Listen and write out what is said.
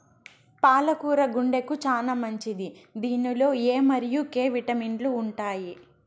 పాల కూర గుండెకు చానా మంచిది దీనిలో ఎ మరియు కే విటమిన్లు ఉంటాయి